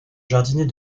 jardinier